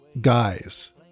guys